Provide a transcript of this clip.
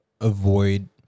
avoid